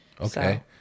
Okay